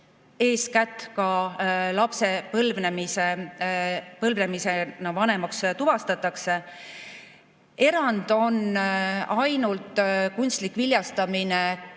vanem ka lapse põlvnemise vanemaks tunnistatakse. Erand on ainult kunstlik viljastamine,